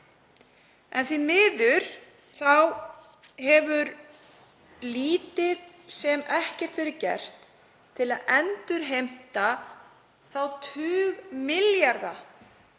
En því miður hefur lítið sem ekkert verið gert til að endurheimta þá tugi milljarða